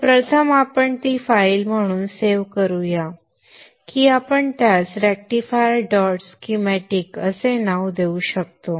तर प्रथम आपण ती फाईल म्हणून सेव्ह करूया की आपण त्यास रेक्टिफायर डॉट स्कीमॅटिक असे नाव देऊ शकतो